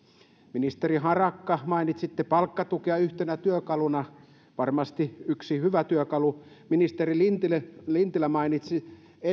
ministeri harakka mainitsitte palkkatuen yhtenä työkaluna varmasti yksi hyvä työkalu ministeri lintilä lintilä mainitsi